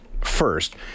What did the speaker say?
first